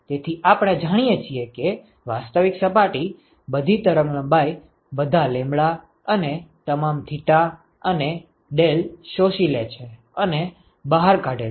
તેથી આપણે જાણીએ છીએ કે વાસ્તવિક સપાટી બધી તરંગલંબાઇ બધા λ અને તમામ θ અને ᶲ શોષી લે છે અને બહાર કાઢે છે